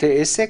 בתי עסק)